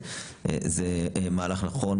זה מהלך נכון,